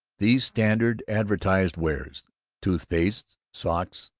these standard advertised wares toothpastes, socks,